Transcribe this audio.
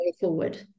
forward